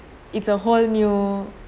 is a whole new